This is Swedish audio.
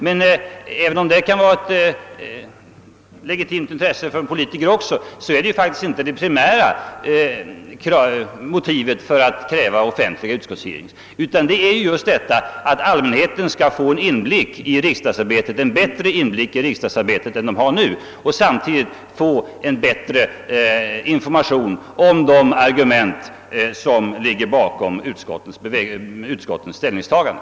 Men även om detta kan vara av ett legitimt intresse för en politiker, är det faktiskt inte det primära motivet för att kräva offentlig utskottshearing. Det primära motivet är att allmänheten skall få bättre inblick i utskottsarbetet än för närvarande och därigenom bättre information om de fakta och argument som ligger bakom utskottets ställningstagande.